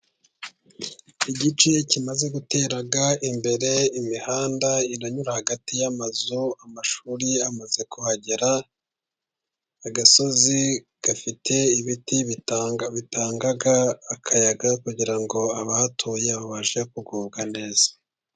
Igice kimaze gutera imbere imihanda iranyura hagati y'amazu, amashuri amaze kuhagera, agasozi gafite ibiti bitanga akayaga kugira ngo abahatuye babashe kugubwa neza.